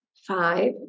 Five